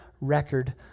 Record